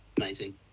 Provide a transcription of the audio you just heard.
Amazing